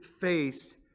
face